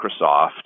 Microsoft